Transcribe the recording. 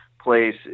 place